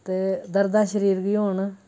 ते दर्दां शरीर गी होन